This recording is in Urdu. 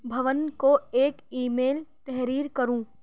بھون کو ایک ای میل تحریر کرو